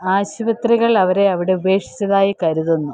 ആശുപത്രികൾ അവരെ അവിടെ ഉപേക്ഷിച്ചതായി കരുതുന്നു